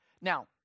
Now